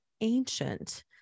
ancient